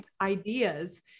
ideas